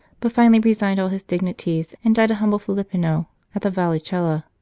but finally resigned all his dignities and died a humble filippino at the vallicella.